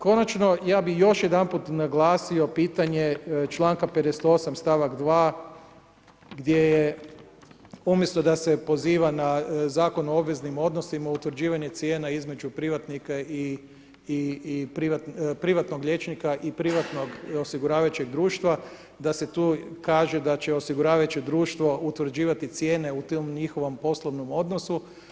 Konačno, ja bih još jedanput naglasio pitanje članka 58. stavak 2. gdje je, umjesto da se poziva na Zakon o obveznim odnosima, utvrđivanje cijena između privatnika i privatnog liječnika i privatnog osiguravajućeg društva da se tu kaže da će osiguravajuće društvo utvrđivati cijene u tom njihovom poslovnom odnosu.